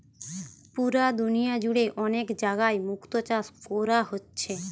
পুরা দুনিয়া জুড়ে অনেক জাগায় মুক্তো চাষ কোরা হচ্ছে